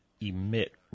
emit